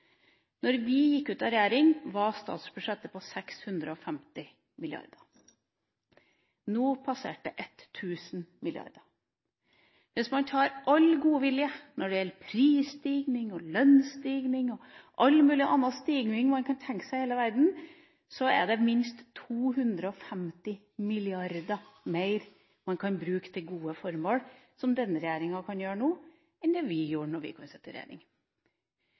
vi gikk ut av regjering, var statsbudsjettet på 650 mrd. kr. Nå passerte det 1 000 mrd. kr. Hvis man tar all godvilje når det gjelder prisstigning, lønnsstigning og all mulig annen stigning i verden man kunne tenke seg, er det minst 250 mrd. kr mer denne regjeringa kan bruke til gode formål nå, enn det vi kunne da vi satt i regjering.